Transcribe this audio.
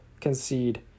concede